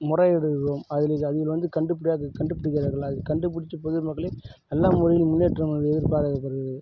முறையிடுகிறோம் அதில் அவிகள் வந்து கண்டுபிடியாக கண்டுபிடிப்பது இல்லை கண்டுபிடிச்சு பொதுமக்களை நல்ல முறையில் முன்னேற்றணும் எதிர்பாராத பிறகு